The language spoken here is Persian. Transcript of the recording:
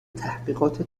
تحقیقات